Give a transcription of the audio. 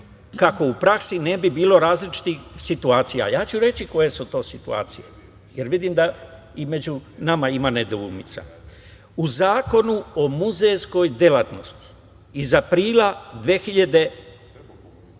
kako u praksi ne bi bilo različitih situacija, a ja ću reći koje su to situacije, jer vidim da i među nama ima nedoumica.U Zakonu o muzejskoj delatnosti iz aprila 2021.